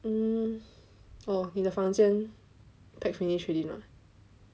oh 你的房间 pack finish already or not